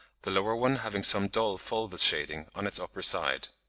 the lower one having some dull fulvous shading on its upper side.